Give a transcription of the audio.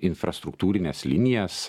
infrastruktūrines linijas